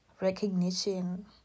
recognition